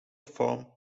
form